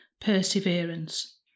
Perseverance